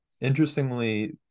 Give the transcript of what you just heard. interestingly